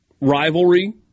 rivalry